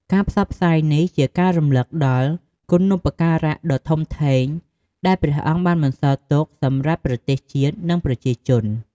ការផ្សព្វផ្សាយនេះជាការរំលឹកដល់គុណូបការៈដ៏ធំធេងដែលព្រះអង្គបានបន្សល់ទុកសម្រាប់ប្រទេសជាតិ និងប្រជាជន។